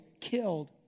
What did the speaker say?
killed